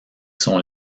son